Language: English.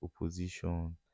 opposition